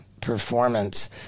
Performance